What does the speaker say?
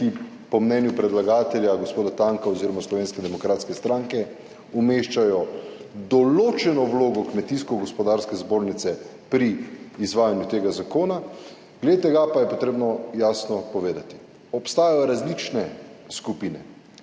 Po mnenju predlagatelja, gospoda Tanka oziroma Slovenske demokratske stranke umeščajo določeno vlogo Kmetijsko gospodarske zbornice pri izvajanju tega zakona, glede tega pa je treba jasno povedati: obstajajo različne skupine,